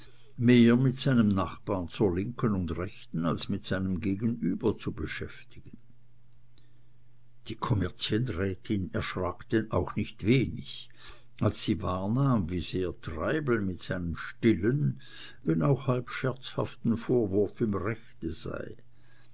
mehr mit seinem nachbar zur linken und rechten als mit seinem gegenüber zu beschäftigen die kommerzienrätin erschrak denn auch nicht wenig als sie wahrnahm wie sehr treibel mit seinem stillen wenn auch halb scherzhaften vorwurf im rechte sei